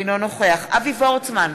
אינו נוכח אבי וורצמן,